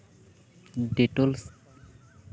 Dettol